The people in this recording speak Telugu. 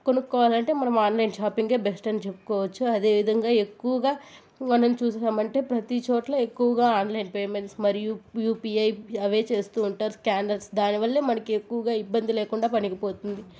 కొనుక్కోవాలంటే మనం ఆన్లైన్ షాపింగే బెస్ట్ అని చెప్పుకోవచ్చు అదేవిధంగా ఎక్కువగా మనం చూసినామంటే ప్రతి చోట్ల ఎక్కువుగా ఆన్లైన్ పేమెంట్స్ మరియు యూపీఐ అవే చేస్తూ ఉంటారు స్క్యానర్స్ దానివల్లే మనకి ఎక్కువగా ఇబ్బంది లేకుండా పనికి పోతుంది